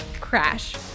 CRASH